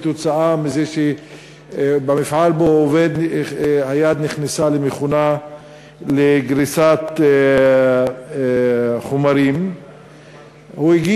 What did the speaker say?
כתוצאה מזה שהיד נכנסה למכונה לגריסת חומרים במפעל שבו הוא עובד.